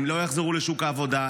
הם לא יחזור לשוק העבודה,